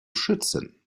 schützen